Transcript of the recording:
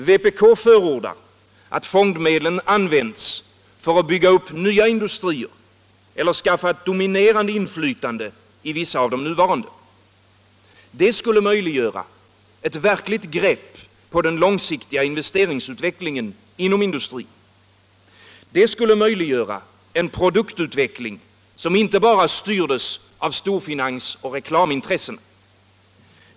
Vpk förordar att fondmedlen används för att bygga upp nya industrier eller skaffa ett dominerande inflytande i vissa av de nuvarande. Det skulle möjliggöra ett verkligt grepp på den långsiktiga investeringsutvecklingen inom industrin. Det skulle möjliggöra en produktutveckling, som inte bara styrdes av storfinansoch reklamintressena.